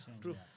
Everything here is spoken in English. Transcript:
true